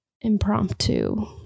impromptu